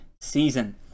season